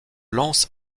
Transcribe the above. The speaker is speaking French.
lance